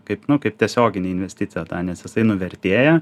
kaip nu kaip tiesioginė investicija tą nes jisai nuvertėja